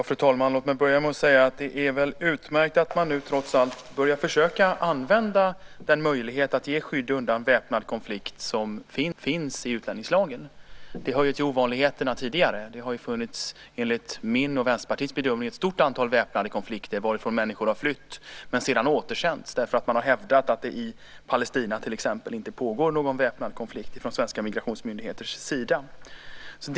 Fru talman! Låt mig börja med att säga att det är utmärkt att man nu trots allt börjar försöka använda den möjlighet att ge skydd undan väpnad konflikt som finns i utlänningslagen. Det hör ju till ovanligheterna tidigare. Det har funnits, enligt min och Vänsterpartiets bedömning, ett stort antal väpnade konflikter varifrån människor har flytt men sedan återsänts eftersom man har hävdat från svenska migrationsmyndigheters sida att det, i Palestina till exempel, inte pågår någon väpnad konflikt.